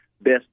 best